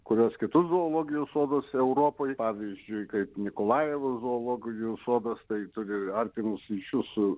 kuriuos kitus zoologijos sodus europoj pavyzdžiui kaip nikolajevo zoologijos sodas tai turi artimus ryšius su